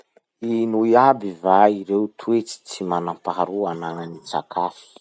Ino iaby va reo toetsy tsy manam-paharoa anagnan'ny tsakafy?